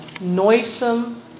noisome